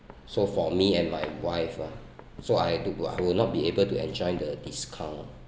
so for me and my wife lah so I do I will not be able to enjoy the discount